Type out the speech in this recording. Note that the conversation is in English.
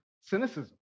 cynicism